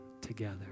together